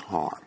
harm